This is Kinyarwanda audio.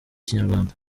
ikinyarwanda